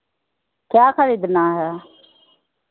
क्या खरीदना है